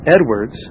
Edwards